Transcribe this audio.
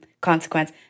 consequence